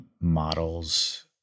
models